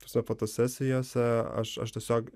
tose fotosesijose aš aš tiesiog